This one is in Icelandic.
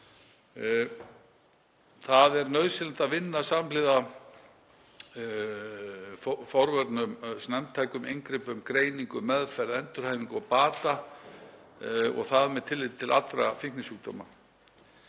Það er nauðsynlegt að vinna samhliða forvörnum, snemmtækum inngripum, greiningu, meðferð, endurhæfingu og bata og það með tilliti til allra fíknisjúkdóma.